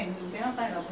rubber tree ya